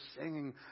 singing